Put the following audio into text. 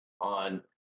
on